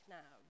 now